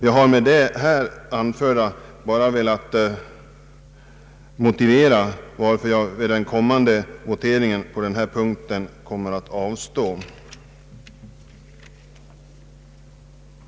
Jag har med det anförda velat motivera varför jag vid den kommande voteringen beträffande denna punkt kommer att avstå från att rösta.